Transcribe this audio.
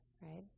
right